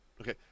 Okay